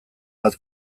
bat